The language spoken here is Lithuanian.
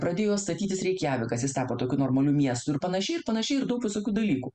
pradėjo statytis reikjavikas jis tapo tokiu normaliu miestu ir panašiai ir panašiai ir daug visokių dalykų